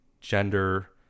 Gender